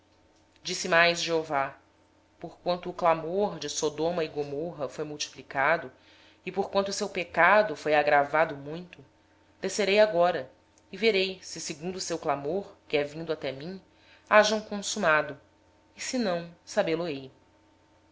disse mais o senhor porquanto o clamor de sodoma e gomorra se tem multiplicado e porquanto o seu pecado se tem agravado muito descerei agora e verei se em tudo têm praticado segundo o seu clamor que a mim tem chegado e se